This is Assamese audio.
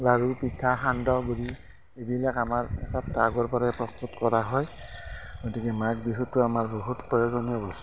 লাড়ু পিঠা সান্দহ গুড়ি এইবিলাক আমাৰ তাত আগৰপৰা প্ৰস্তুত কৰা হয় গতিকে মাঘ বিহুটো আমাৰ বহুত প্ৰয়োজনীয় বস্তু